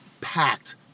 Packed